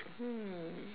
hmm